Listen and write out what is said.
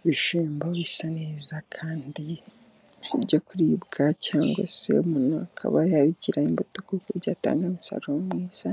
Ibishyimbo bisa neza kandi byo kuribwa cyangwa se umuntu akaba yabigira imbuto kuko byatanga umusaru mwiza,